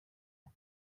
her